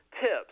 tips